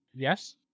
yes